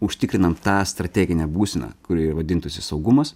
užtikrinam tą strateginę būseną kuri ir vadintųsi saugumas